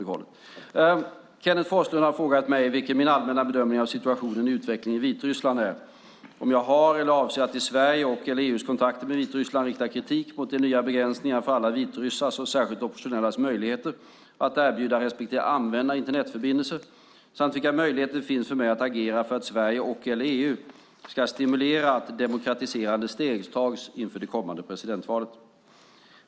Kenneth G Forslund har frågat mig vilken min allmänna bedömning av situationen och utvecklingen i Vitryssland är, om jag har eller avser att i Sveriges eller EU:s kontakter med Vitryssland rikta kritik mot de nya begränsningarna för alla vitryssars och särskilt oppositionellas möjlighet att erbjuda respektive använda Internetförbindelser, samt vilka möjligheter det finns för mig att agera för att Sverige eller EU ska stimulera att demokratiserande steg tas inför det kommande presidentvalet.